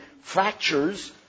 fractures